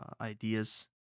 ideas